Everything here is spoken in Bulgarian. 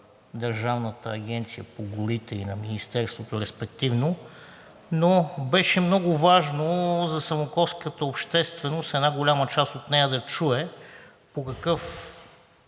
Държавната агенция по горите и на Министерството респективно, но беше много важно за самоковската общественост, една голяма част от нея да чуе по какъв